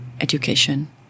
education